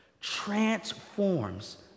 transforms